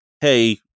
hey